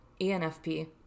ENFP